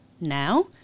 now